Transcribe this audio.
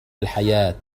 الحياة